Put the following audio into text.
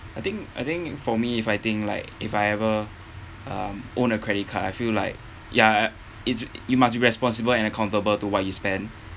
I think I think for me if I think like if I ever um own a credit card I feel like ya it's you must be responsible and accountable to what you spend